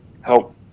help